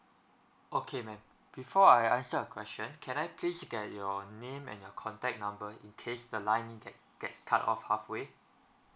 okay ma'am before I answer your question can I please get your name and your contact number in case the line get gets cut off halfway